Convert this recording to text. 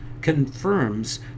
confirms